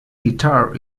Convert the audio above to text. guitar